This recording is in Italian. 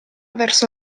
verso